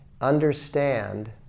understand